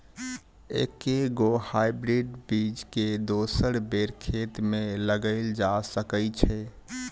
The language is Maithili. एके गो हाइब्रिड बीज केँ दोसर बेर खेत मे लगैल जा सकय छै?